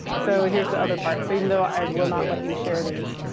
so here's the other part. so even though i will not let you share these,